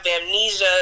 amnesia